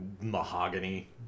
mahogany